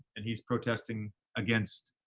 and he's protesting against,